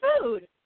food